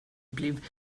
blev